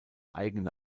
eigene